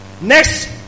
Next